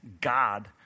God